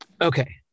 okay